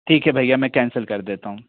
ठीक है भैया मैं कैंसिल कर देता हूँ